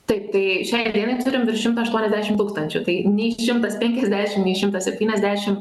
taip tai šiai dienai turim virš šimto aštuoniasdešimt tūkstančių tai nei šimtas penkiasdešimt nei šimtas septyniasdešimt